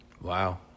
Wow